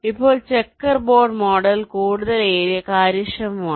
ഇപ്പോൾ checker board model കൂടുതൽ area കാര്യക്ഷമമാണ്